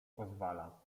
pozwala